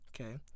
okay